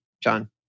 John